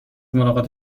ملاقات